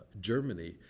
Germany